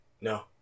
No